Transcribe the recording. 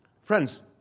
Friends